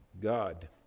God